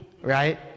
Right